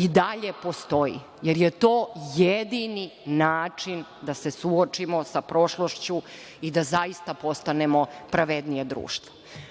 i dalje postoji, jer je to jedini način da se suočimo sa prošlošću i da zaista postanemo pravednije društvo. Takođe